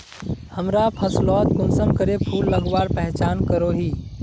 हमरा फसलोत कुंसम करे फूल लगवार पहचान करो ही?